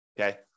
Okay